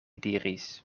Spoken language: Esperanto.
diris